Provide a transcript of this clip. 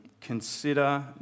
consider